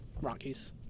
Rockies